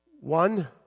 One